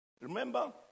Remember